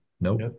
Nope